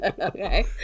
Okay